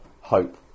hope